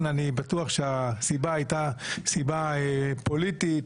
אני בטוח שהסיבה הייתה סיבה פוליטית,